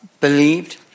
believed